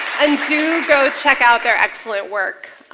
and do go check out their excellent work.